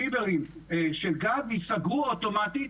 שיברים של גז ייסגרו אוטומטית,